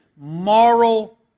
moral